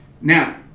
Now